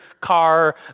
car